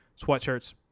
sweatshirts